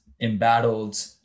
embattled